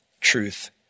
truth